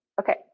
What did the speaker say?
Okay